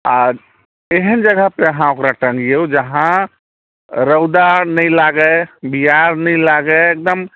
आओर एहन जगहपर अहाँ ओकरा टाँगिऔ जे अहाँ रौदा नहि लागै बियारि नहि लागै एकदम